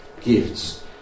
gifts